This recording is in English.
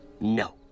No